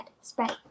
spread